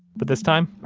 but this time